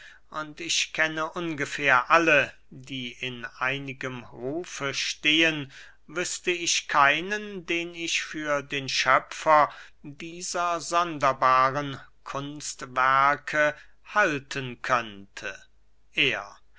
und ich kenne ungefähr alle die in einigem rufe stehen wüßte ich keinen den ich für den schöpfer dieser sonderbaren kunstwerke halten könnte er